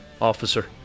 officer